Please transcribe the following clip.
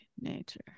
Nature